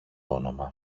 όνομα